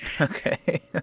Okay